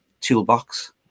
toolbox